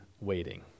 waiting